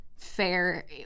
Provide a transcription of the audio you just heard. fair